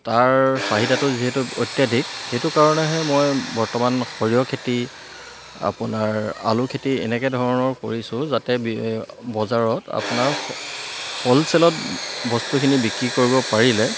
তাৰ চাহিদাটো যিহেতু অত্যাধিক সেইটো কাৰণেহে মই বৰ্তমান সৰিয়হ খেতি আপোনাৰ আলু খেতি এনেকৈ ধৰণৰ কৰিছোঁ যাতে বজাৰত আপোনাৰ হ'লচেলত বস্তুখিনি বিক্ৰী কৰিব পাৰিলে